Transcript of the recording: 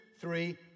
three